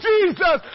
Jesus